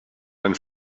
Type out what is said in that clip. einen